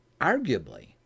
arguably